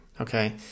okay